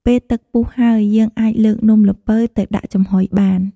ពេលទឹកពុះហើយ យើងអាចលើកនំល្ពៅទៅដាក់ចំហុយបាន។